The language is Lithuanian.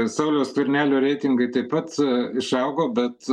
sauliaus skvernelio reitingai taip pat išaugo bet